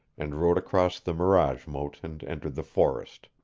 and rode across the mirage-moat and entered the forest.